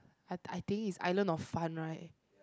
I I think is island of fun right